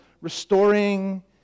restoring